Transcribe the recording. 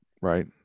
Right